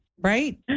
right